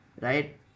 right